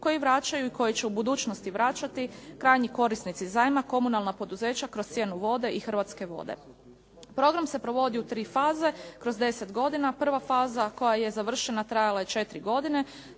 koji vraćaju i koje će u budućnosti vraćati krajnji korisnici zajma, komunalna poduzeća kroz cijenu vode i Hrvatske vode. Program se provodi u tri faze kroz 10 godina, prva faza koja je završena trajala je 4 godine,